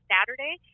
Saturday